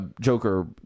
Joker